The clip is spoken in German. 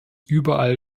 überall